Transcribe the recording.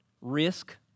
Risk